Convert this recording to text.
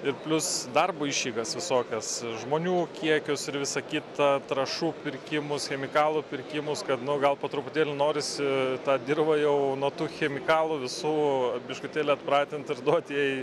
ir plius darbo išeigas visokias žmonių kiekius ir visa kita trąšų pirkimus chemikalų pirkimus kad nu gal po truputėlį norisi tą dirvą jau nuo tų chemikalų visų biškutėle atpratint ir duoti jai